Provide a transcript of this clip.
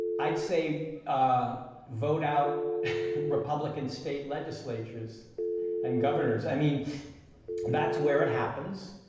i'd say vote out republican state legislatures and governors. i mean that's where it happens,